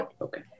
Okay